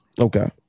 Okay